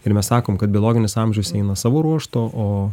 ir mes sakom kad biologinis amžius eina savu ruožtu o